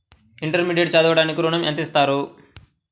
Intermediate చదవడానికి ఋణం ఎంత ఇస్తారు?